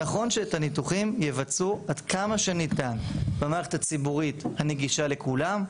שנכון שאת הניתוחים יבצעו כמה שניתן במערכת הציבורית הנגישה לכולם,